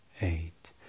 eight